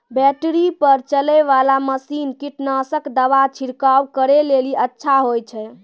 Battery पर चलै वाला मसीन कीटनासक दवा छिड़काव करै लेली अच्छा होय छै?